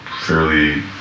fairly